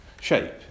shape